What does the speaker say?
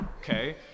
okay